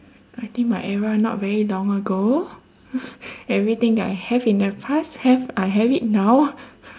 I think my era not very long ago everything that I have in the past have I have it now